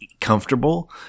comfortable